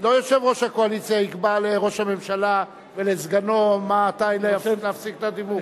לא יושב-ראש הקואליציה יקבע לראש הממשלה ולסגנו מתי להפסיק את הדיבור.